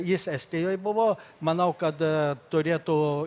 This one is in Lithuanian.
jis estijoj buvo manau kad turėtų